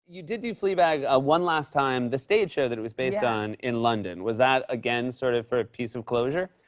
you did do fleabag ah one last time, the stage show that it was based on, in london. was that again, sort of, for a piece of closure?